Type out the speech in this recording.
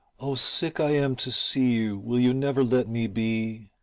oh, sick i am to see you, will you never let me be?